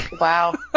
Wow